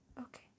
Okay